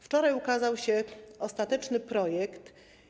Wczoraj ukazał się ostateczny projekt.